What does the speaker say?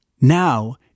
now